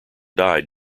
died